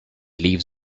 leaves